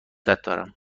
دارم